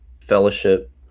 Fellowship